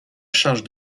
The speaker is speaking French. charge